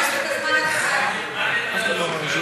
שלוש